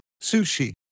sushi